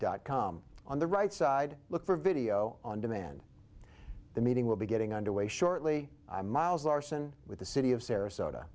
dot com on the right side look for video on demand the meeting will be getting underway shortly i'm miles larson with the city of sarasota